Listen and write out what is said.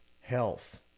Health